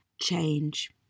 change